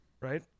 Right